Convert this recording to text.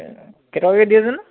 কেইটকাকৈ দিয়ে জানো